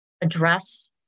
address